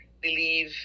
believe